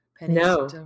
No